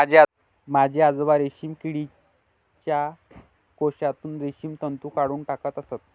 माझे आजोबा रेशीम किडीच्या कोशातून रेशीम तंतू काढून टाकत असत